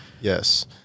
yes